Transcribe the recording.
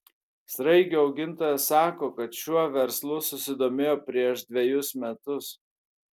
sraigių augintojas sako kad šiuo verslu susidomėjo prieš dvejus metus